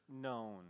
known